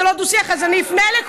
זה לא דו-שיח, אז אני אפנה לכולם.